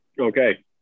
Okay